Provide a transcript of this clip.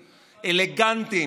אלגנטיים,